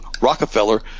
Rockefeller